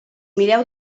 mirem